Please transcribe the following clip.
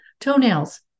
toenails